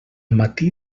matí